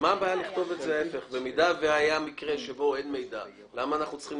לא צריכה לקבל את ההחלטה כי יש מישהו מעל שיכול